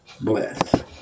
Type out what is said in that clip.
bless